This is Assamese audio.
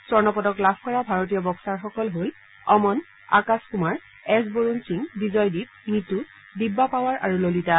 স্বৰ্ণপদক লাভ কৰা ভাৰতীয় বক্সাৰসকল হল অমন আকাশ কুমাৰ এছ বৰুণ সিং বিজয়দ্বীপ নিতূ দীব্যা পাৱাৰ আৰু ললিতা